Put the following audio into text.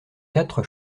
quatre